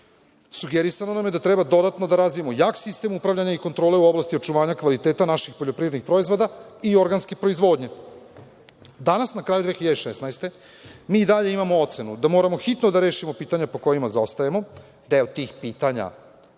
sugerisano nam je da treba dodatno da razvijemo jak sistem upravljanja i kontrole u oblasti očuvanja kvaliteta naših poljoprivrednih proizvoda i organske proizvodnje. Danas, na kraju 2016. godine, mi i dalje imamo ocenu da moramo hitno da rešimo pitanja po kojima zaostajemo, deo tih pitanja